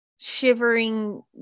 Shivering